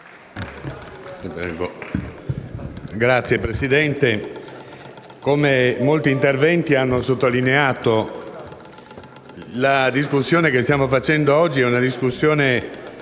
Signor Presidente, come molti interventi hanno sottolineato, la discussione che stiamo facendo oggi è fondamentale,